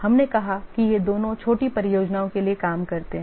हमने कहा कि ये दोनों छोटी परियोजनाओं के लिए काम करते हैं